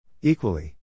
Equally